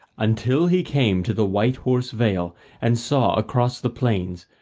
until he came to the white horse vale and saw across the plains,